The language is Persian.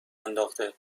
انداخته